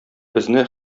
безне